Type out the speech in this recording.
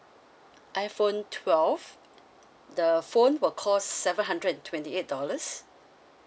iphone twelve the phone will cost seven hundred and twenty eight dollars